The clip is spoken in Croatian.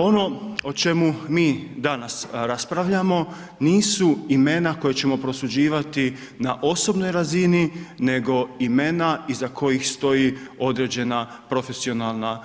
Ono o čemu mi danas raspravljamo nisu imena koja imena koja ćemo prosuđivati na osobnoj razini nego imena iza kojih stoji određena profesionalna